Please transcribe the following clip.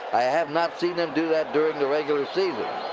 i have not seen them do that during the regular season.